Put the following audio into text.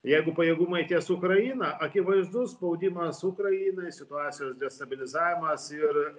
jeigu pajėgumai ties ukraina akivaizdus spaudimas ukrainai situacijos destabilizavimas ir